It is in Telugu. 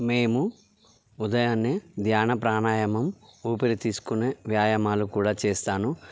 మేము ఉదయాన్నే ధ్యాన ప్రాణాయామం ఊపిరి తీసుకునే వ్యాయామాలు కూడా చేస్తాను